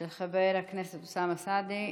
של חבר הכנסת אוסאמה סעדי,